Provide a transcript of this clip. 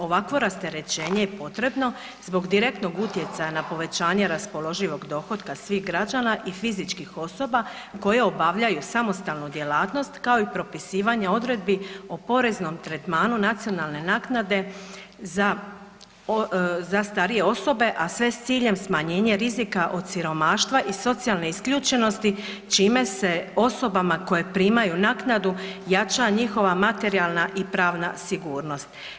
Ovakvo rasterećenje je potrebno zbog direktnog utjecaja na povećanje raspoloživog dohotka svih građana i fizičkih osoba koje obavljaju samostalnu djelatnost, kao i propisivanje odredbi o poreznom tretmanu nacionalne naknade za, za starije osobe, a sve s ciljem smanjenje rizika od siromaštva i socijalne isključenosti čime se osobama koje primaju naknadu jača njihova materijalna i pravna sigurnost.